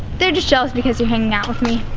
they're just jealous because you're hanging out with me.